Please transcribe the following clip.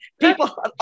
People